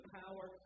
power